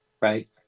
right